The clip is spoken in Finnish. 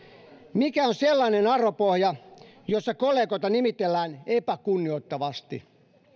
mikä on sellainen arvopohja jossa kollegoita nimitellään epäkunnioittavasti